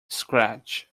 scratch